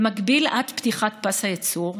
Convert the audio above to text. במקביל, עד פתיחת פס הייצור,